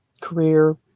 career